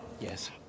Yes